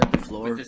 floor.